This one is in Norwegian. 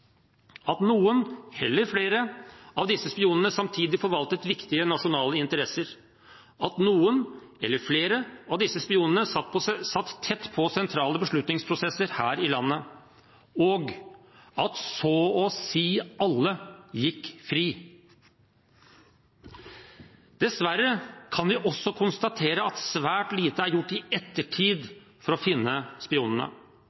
at noen – eller flere – av disse spionene samtidig forvaltet viktige nasjonale interesser, at noen – eller flere – av disse spionene satt tett på sentrale beslutningsprosesser her i landet, og at så å si alle gikk fri. Dessverre kan vi også konstatere at svært lite er gjort i ettertid for å finne spionene.